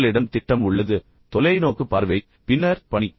உங்களிடம் திட்டம் உள்ளது தொலைநோக்கு தொலைநோக்கு பார்வை பின்னர் பணி